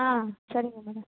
சரிங்க மேடம்